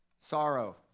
Sorrow